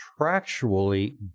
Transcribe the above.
contractually